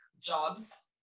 jobs